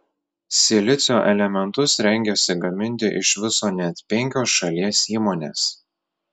silicio elementus rengiasi gaminti iš viso net penkios šalies įmonės